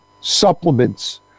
supplements